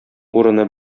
урыны